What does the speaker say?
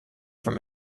from